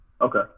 okay